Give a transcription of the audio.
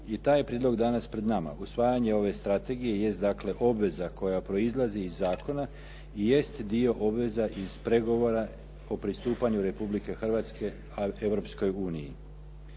i taj je prijedlog danas pred nama. Usvajanje ove strategije jest dakle obveza koja proizlazi iz zakona, jest dio obveza iz pregovora o pristupanju Republike Hrvatske